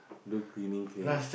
do cleaning cleaning